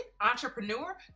entrepreneur